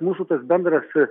mūsų tas bendras